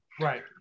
Right